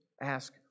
Ask